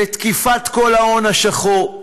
לתקיפת כל ההון השחור.